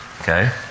okay